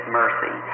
mercy